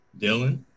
Dylan